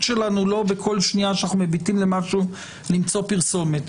שלנו לא בכל שנייה כשאנחנו מביטים למשהו למצוא פרסומת,